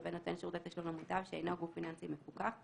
לגבי נותן שירותי תשלום למוטב שאינו גוף פיננסי מפוקח,